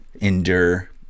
endure